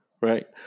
right